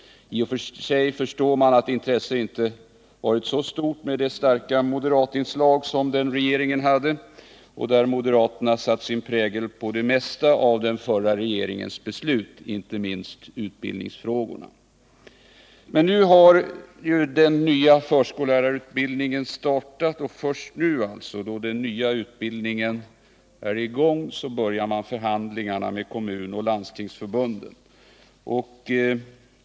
I och för sig förstår man att intresset inte varit så stort med det starka moderatinslag som fanns i den regeringen, där moderaterna satte sin prägel på det mesta av besluten, inte minst i utbildningsfrågorna. Men nu har ju den nya förskollärarutbildningen startat, och först därefter börjar man förhandlingarna med Kommunförbundet och Landstingsförbundet.